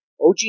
OG